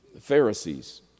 Pharisees